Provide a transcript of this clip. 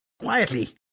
Quietly